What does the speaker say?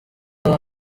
aba